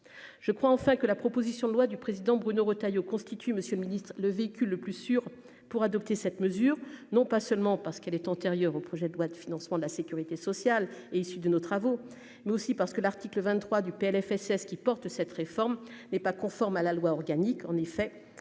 je crois enfin que la proposition de loi du président Bruno Retailleau constitue Monsieur le Ministre, le véhicule le plus sûr pour adopter cette mesure non pas seulement parce qu'elle est antérieure au projet de loi de financement de la Sécurité sociale est issue de nos travaux, mais aussi parce que l'article 23 du PLFSS qui porte cette réforme n'est pas conforme à la loi organique en effet l'absence